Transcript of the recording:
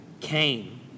came